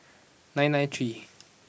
nine nine three